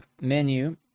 menu